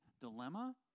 dilemma